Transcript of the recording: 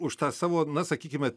už tą savo na sakykime